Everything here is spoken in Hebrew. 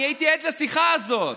אני הייתי עד לשיחה הזאת,